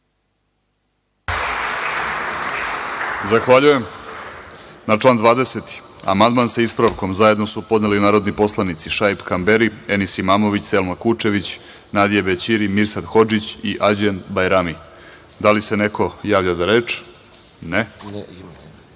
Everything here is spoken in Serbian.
Zahvaljujem. Na član 20. amandman, sa ispravkom, zajedno su podneli narodni poslanici Šaip Kamberi, Enis Imamović, Selma Kučević, Nadije Bećiri, Mirsad Hodžić i Arđend Bajrami. Da li se neko javlja za reč? Da. Reč ima